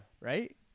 Right